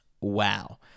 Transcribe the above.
wow